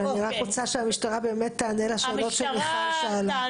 אבל אני רק רוצה שהמשטרה באמת תענה על השאלות שמיכל שאלה.